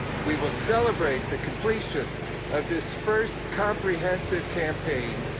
we will celebrate the completion of this first comprehensive campaign,